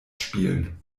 spielen